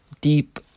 Deep